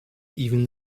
even